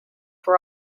were